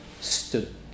stood